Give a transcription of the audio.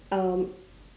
um